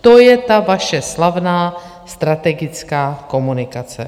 To je ta vaše slavná strategická komunikace.